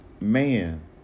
man